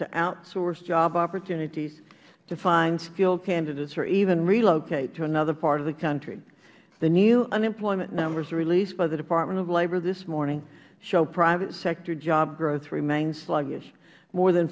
to outsource job opportunities to find skilled candidates or even relocate to another part of the country the new unemployment numbers released by the department of labor this morning show private sector job growth remains sluggish more than